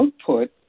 output